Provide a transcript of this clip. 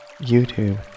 YouTube